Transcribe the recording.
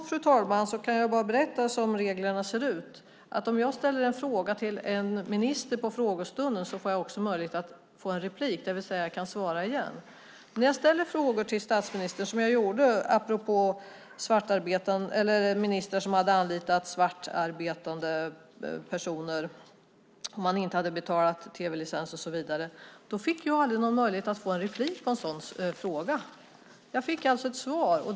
Fru talman! Jag kan då berätta hur reglerna ser ut. Om jag ställer en fråga till en minister på frågestunden får jag möjlighet att ställa en följdfråga, det vill säga jag kan få ett svar igen. När jag ställer frågor till statsministern, som jag gjorde apropå ministrar som hade anlitat svartarbetande personer och som inte hade betalat tv-licens och så vidare, fick jag aldrig någon möjlighet att ställa en följdfråga. Jag fick alltså ett svar.